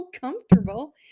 comfortable